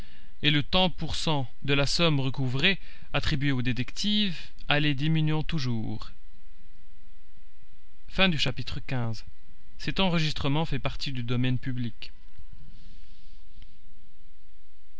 et le tant pour cent de la somme recouvrée attribué aux détectives allait diminuant toujours